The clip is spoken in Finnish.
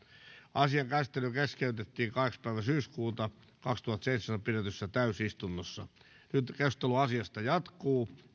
asian käsittely keskeytettiin kahdeksas syyskuuta kaksituhattaseitsemäntoista pidetyssä täysistunnossa nyt keskustelu asiasta jatkuu